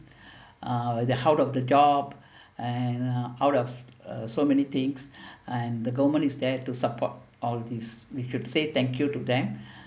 uh the out of the job and uh out of uh so many things and the government is there to support all these we should say thank you to them